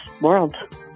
world